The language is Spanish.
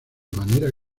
manera